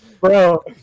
bro